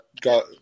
got